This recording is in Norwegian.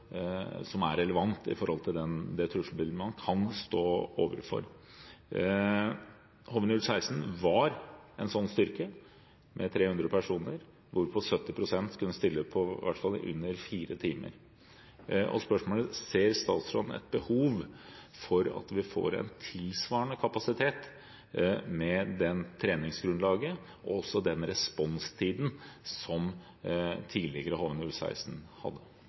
som er relevant i forhold til det trusselbildet man kan stå overfor. HV-016 var en sånn styrke, med 300 personer, hvorav 70 pst. kunne stille på i hvert fall under fire timer. Spørsmålet er: Ser statsråden behov for at vi får en tilsvarende kapasitet med det treningsgrunnlaget og også den responstiden som tidligere HV-016 hadde?